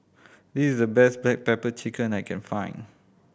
this is the best black pepper chicken I can find